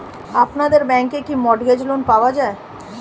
আপনাদের ব্যাংকে কি মর্টগেজ লোন পাওয়া যায়?